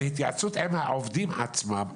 בהתייעצות עם העובדים עצמם,